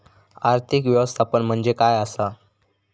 आर्थिक व्यवस्थापन म्हणजे काय असा?